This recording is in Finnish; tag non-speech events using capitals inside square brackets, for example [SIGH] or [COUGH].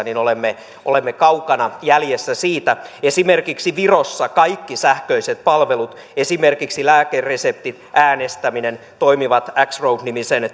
[UNINTELLIGIBLE] niin olemme olemme kaukana jäljessä siitä esimerkiksi virossa kaikki sähköiset palvelut esimerkiksi lääkereseptit ja äänestäminen toimivat kymmenennen road nimisen [UNINTELLIGIBLE]